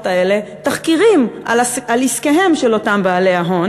האלה תחקירים על עסקיהם של אותם בעלי ההון.